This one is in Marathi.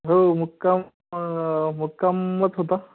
हो मुक्काम मुक्कामच होता